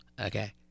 Okay